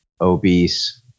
obese